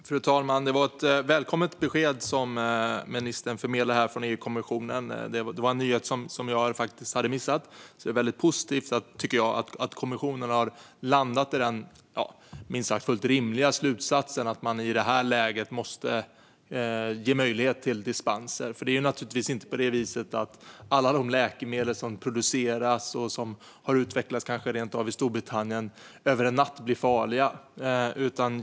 Fru talman! Det var ett välkommet besked från EU-kommissionen som ministern förmedlade här - en nyhet som jag faktiskt hade missat. Det är väldigt positivt att kommissionen har landat i den minst sagt fullt rimliga slutsatsen att man i det här läget måste ge möjlighet till dispenser. Det är naturligtvis inte på det viset att alla de läkemedel som produceras och som kanske rent av har utvecklats i Storbritannien blir farliga över en natt.